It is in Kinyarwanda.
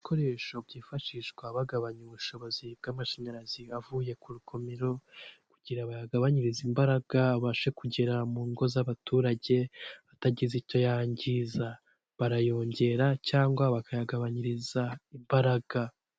Ibikoresho byifashishwa bagabanya ubushobozi bw'amashanyarazi avuye ku rugomero, kugira bayagabanyirize imbaraga abashe kugera mu ngo z'abaturage atagize icyo yangiza, barayongera cyangwa bakayagabanyiriza imbaraga.